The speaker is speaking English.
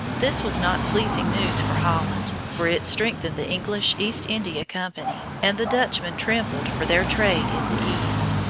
this was not pleasing news for holland, for it strengthened the english east india company, and the dutchmen trembled for their trade in the east.